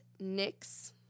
Nyx